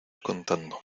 contando